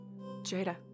Jada